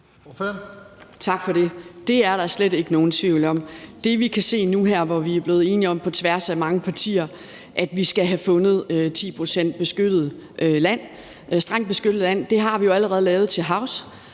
Tak for det. Det er der slet ikke nogen tvivl om. Nu er vi blevet enige på tværs af mange partier om, at vi skal have fundet 10 pct. strengt beskyttet land. Det har vi jo allerede lavet til havs,